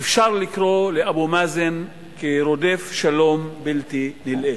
אפשר לקרוא לאבו מאזן רודף שלום בלתי נלאה.